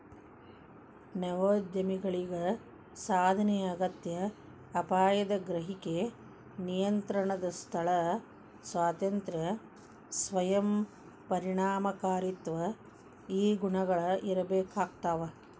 ನವೋದ್ಯಮಿಗಳಿಗ ಸಾಧನೆಯ ಅಗತ್ಯ ಅಪಾಯದ ಗ್ರಹಿಕೆ ನಿಯಂತ್ರಣದ ಸ್ಥಳ ಸ್ವಾತಂತ್ರ್ಯ ಸ್ವಯಂ ಪರಿಣಾಮಕಾರಿತ್ವ ಈ ಗುಣಗಳ ಇರ್ಬೇಕಾಗ್ತವಾ